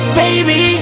baby